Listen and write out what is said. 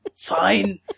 Fine